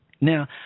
Now